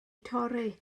torri